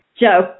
Joe